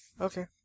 Okay